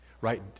Right